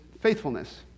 faithfulness